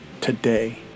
today